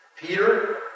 Peter